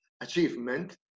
achievement